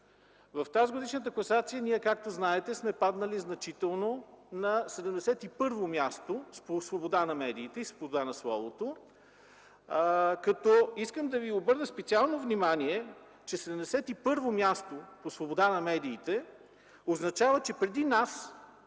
В тазгодишната класация, както знаете, сме паднали значително – на 71-во място, по свобода на медиите и на словото. Искам да ви обърна специално внимание, че 71-во място по свобода на медиите означава, че преди нас